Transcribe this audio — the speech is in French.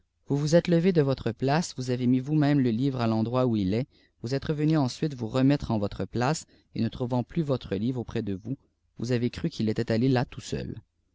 vous vous êtes hié de totie faace imibsaivztiîsonsariâp le livre à l'endroit où il est vous êtes revenu ensuite vous remettre en votre place et ne trouvant plus yotrç livre auprès de vous vous avez cru qu'il était allé là tout seul